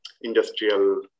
industrial